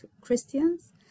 Christians